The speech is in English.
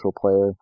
player